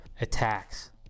attacks